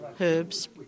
herbs